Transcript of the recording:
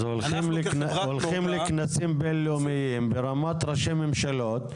הולכים לכנסים בין-לאומיים ברמת ראשי ממשלות,